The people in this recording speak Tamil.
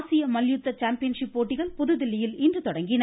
ஆசிய மல்யுத்த சாம்பியன்ஷிப் போட்டிகள் புதுதில்லியில் இன்று தொடங்கின